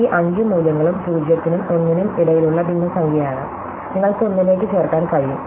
ഈ അഞ്ച് മൂല്യങ്ങളും 0 ത്തിനും 1 നും ഇടയിലുള്ള ഭിന്നസംഖ്യയാണ് നിങ്ങൾക്ക് 1 ലേക്ക് ചേർക്കാൻ കഴിയും